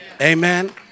Amen